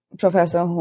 professor